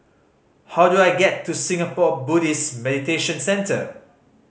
how do I get to Singapore Buddhist Meditation Centre